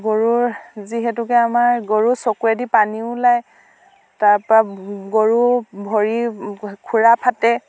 গৰুৰ যিহেতুকে আমাৰ গৰুৰ চকুৱেদি পানী ওলায় তাৰ পৰা গৰু ভৰিৰ খুৰা ফাঁটে